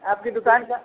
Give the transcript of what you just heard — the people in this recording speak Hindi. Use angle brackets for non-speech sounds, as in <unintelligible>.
आपकी दुकान <unintelligible>